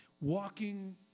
walking